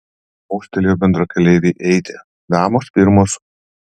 mostelėjo bendrakeleivei eiti damos pirmos